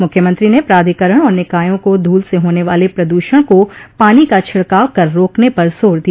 मुख्यमंत्री ने प्राधिकरण और निकायों को धूल से होने वाले प्रदूषण को पानी का छिड़काव कर रोकने पर जोर दिया